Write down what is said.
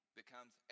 becomes